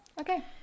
Okay